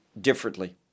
differently